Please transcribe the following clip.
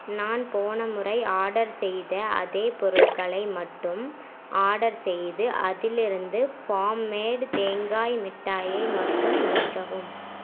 நான் போன முறை ஆர்டர் செய்த அதே பொருட்களை மட்டும் ஆர்டர் செய்து அதிலிருந்து ஃபார்ம் மேட் தேங்காய் மிட்டாயை மட்டும் நீக்கவும்